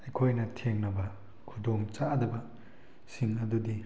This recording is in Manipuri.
ꯑꯩꯈꯣꯏꯅ ꯊꯦꯡꯅꯕ ꯈꯨꯗꯣꯡ ꯆꯥꯗꯕ ꯁꯤꯡ ꯑꯗꯨꯗꯤ